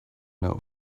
know